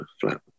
flat